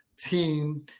team